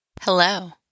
Hello